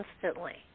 constantly